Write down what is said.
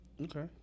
Okay